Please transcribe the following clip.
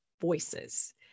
voices